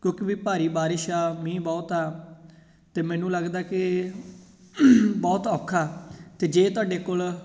ਕਿਉਂਕਿ ਵੀ ਭਾਰੀ ਬਾਰਿਸ਼ ਆ ਮੀਂਹ ਬਹੁਤ ਆ ਅਤੇ ਮੈਨੂੰ ਲੱਗਦਾ ਕਿ ਬਹੁਤ ਔਖਾ ਅਤੇ ਜੇ ਤੁਹਾਡੇ ਕੋਲ